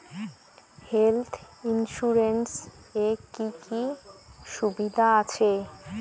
Health insurance এ কি কি সুবিধা আছে?